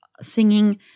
singing